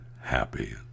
happy